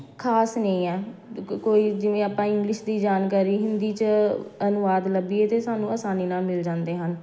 ਖਾਸ ਨਹੀਂ ਹੈ ਕੋ ਕੋਈ ਜਿਵੇਂ ਆਪਾਂ ਇੰਗਲਿਸ਼ ਦੀ ਜਾਣਕਾਰੀ ਹਿੰਦੀ 'ਚ ਅਨੁਵਾਦ ਲੱਭੀਏ ਅਤੇ ਸਾਨੂੰ ਆਸਾਨੀ ਨਾਲ ਮਿਲ ਜਾਂਦੇ ਹਨ